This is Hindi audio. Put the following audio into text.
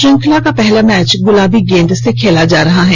श्रृंखला का पहला मैच गुलाबी गेंद से खेला जा रहा है